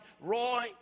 Roy